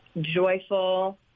joyful